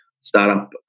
startup